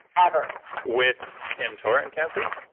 ever with mtor and cancer?